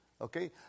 okay